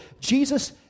Jesus